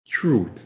truth